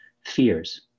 fears